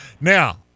Now